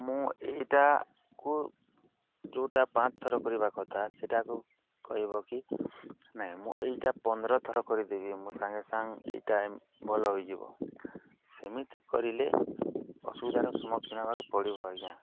ମୁଁ ଏଇଟାକୁ ଯେଉଁଟା ପାଞ୍ଚଥର କରିବା କଥା ସେଇଟାକୁ କହିବ କି ନାଇଁ ମୁଁ ଏଇଟା ପନ୍ଦର ଥର କରିଦେବି ମୋ ସାଙ୍ଗେ ସାଙ୍ଗ ଏଇଟା ଭଲ ହୋଇଯିବ ସେମିତି କରିଲେ ଅସୁବିଧାର ସମ୍ମୁଖୀନ ହବାକୁ ପଡ଼ିବ ଆଜ୍ଞା